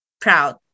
proud